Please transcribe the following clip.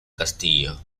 castillo